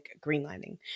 greenlining